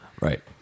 Right